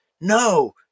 no